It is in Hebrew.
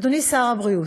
אדוני שר הבריאות,